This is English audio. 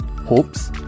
hopes